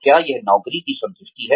क्या यह नौकरी की संतुष्टि है